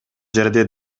жерде